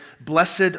blessed